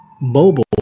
mobile